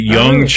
young